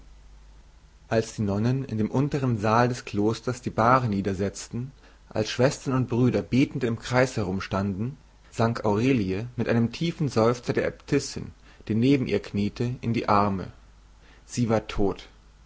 als die nonnen in dem untern saal des klosters die bahre niedersetzten als schwestern und brüder betend im kreis umherstanden sank aurelie mit einem tiefen seufzer der äbtissin die neben ihr kniete in die arme sie war tot